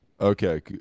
Okay